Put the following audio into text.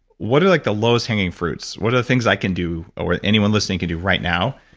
what are like the lowest hanging fruits? what are the things i can do, or anyone listening could do right now,